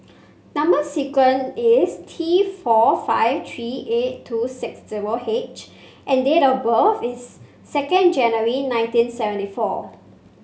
number sequence is T four five three eight two six zero H and date of birth is second January nineteen seventy four